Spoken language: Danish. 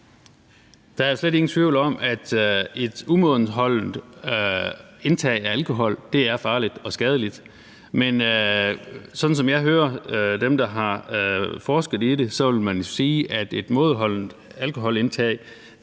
Der er slet ingen tvivl om, at et umådeholdent indtag af alkohol er farligt og skadeligt. Men sådan som jeg hører dem, der har forsket i det, så vil de jo sige, at et mådeholdent alkoholindtag